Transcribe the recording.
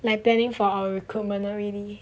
like planning for our recruitment already